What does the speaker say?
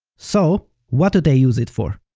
so what do they use it for?